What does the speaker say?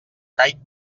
caic